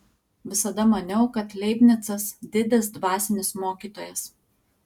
visada maniau kad leibnicas didis dvasinis mokytojas